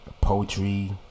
Poetry